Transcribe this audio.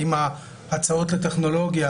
עם ההצעות לטכנולוגיה,